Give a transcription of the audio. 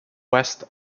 west